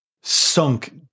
sunk